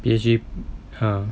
P_S_G um